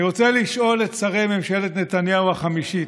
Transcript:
אני רוצה לשאול את שרי ממשלת נתניהו החמישית,